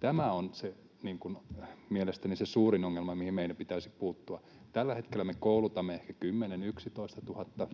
Tämä on mielestäni se suurin ongelma, mihin meidän pitäisi puuttua. Tällä hetkellä me koulutamme ehkä 10 000—11 000